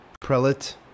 prelate